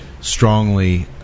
strongly